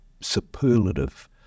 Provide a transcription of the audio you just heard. superlative